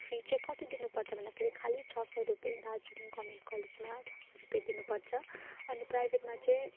fee चाहिँ कति दिनु पर्छ भन्दाखेरि खालि छ सय रुपियाँ दार्जीलिङ गर्मेन्ट कलेजमा छ सय रुपियाँ दिनु पर्छ अनि प्राइभेटमा चाहिँ